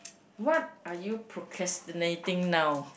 what are you procrastinating now